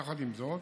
יחד עם זאת,